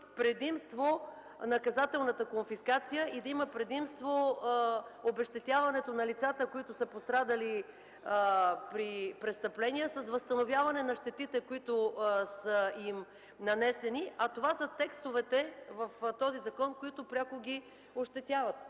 предимство наказателната конфискация и да има предимство обезщетяването на лицата, които са пострадали при престъпления, с възстановяване на щетите, които са им нанесени, а това са текстовете в този закон, които пряко ги ощетяват.